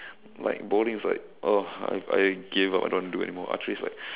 like bowling is like ugh I I give up I don't want to do it anymore archery is like